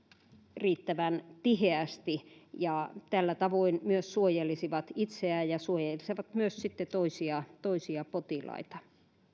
riittävän tiheästi ja tällä tavoin myös suojelisivat itseään ja suojelisivat sitten myös toisia potilaita